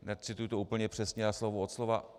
Necituji to úplně přesně a slovo od slova.